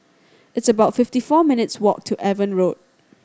it's about fifty four minutes' walk to Avon Road